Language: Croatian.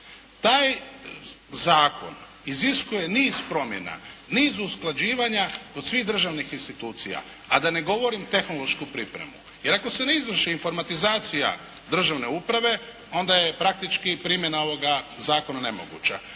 Taj zakon iziskuje niz promjena, niz usklađivanja kod svih državnih institucija a da ne govorim tehnološku pripremi i ako se ne izvrši informatizacija državne uprave onda je praktički primjena ovoga zakona nemoguća.